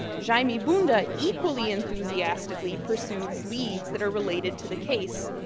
jaime bunda equally enthusiastically pursues leads that are related to the case,